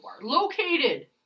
Located